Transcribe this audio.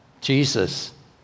Jesus